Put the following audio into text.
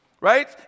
right